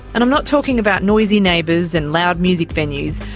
and i'm not talking about noisy neighbours and loud music venues,